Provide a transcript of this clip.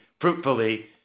fruitfully